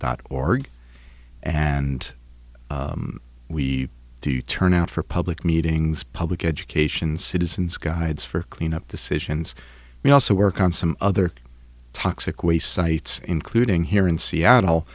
dot org and we do turn out for public meetings public education citizens guides for clean up the situations we also work on some other toxic waste sites including here in seattle